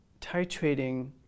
titrating